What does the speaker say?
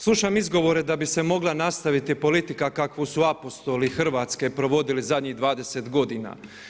Slušam izgovore da bi se mogla nastaviti politika kakvu su apostoli Hrvatske provodili zadnjih 20 godina.